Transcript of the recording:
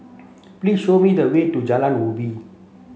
please show me the way to Jalan Ubi